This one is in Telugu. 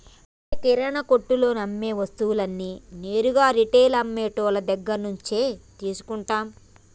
మల్లయ్య కిరానా కొట్టులో అమ్మే వస్తువులన్నీ నేరుగా రిటైల్ అమ్మె టోళ్ళు దగ్గరినుంచే తీసుకుంటాం